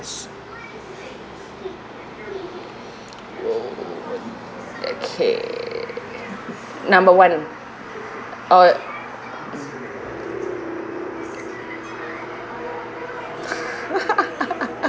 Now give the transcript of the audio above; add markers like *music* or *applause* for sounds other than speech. *noise* okay number one oh *laughs*